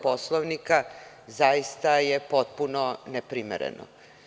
Poslovnika zaista je potpuno neprimereno.